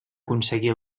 aconseguir